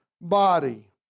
body